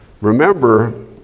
remember